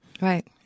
Right